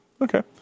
Okay